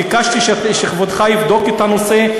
ביקשתי שכבודך יבדוק את הנושא,